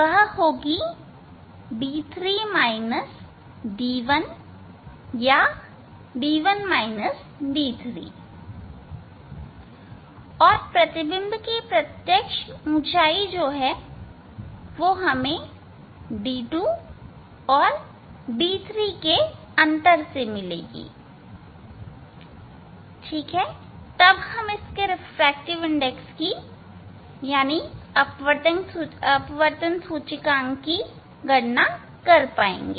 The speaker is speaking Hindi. वह होगी d3 d1 या d1 d3 और प्रतिबिंब की प्रत्यक्ष ऊंचाई हमें d2 और d3 के अंतर से मिलेगी तब हम रिफ्रैक्टिव इंडेक्स की गणना कर पाएंगे